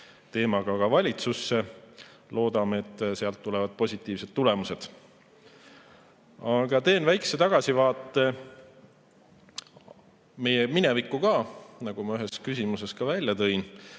teemaga ka valitsusse. Loodame, et sealt tulevad positiivsed tulemused. Teen väikese tagasivaate meie minevikku, nagu ma ka ühes küsimuses välja tõin.